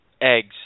eggs